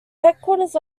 headquarters